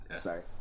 Sorry